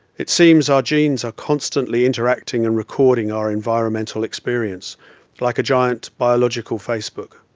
it seems our genes are constantly interacting and recording our environmental experience like a giant biological facebook.